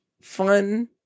fun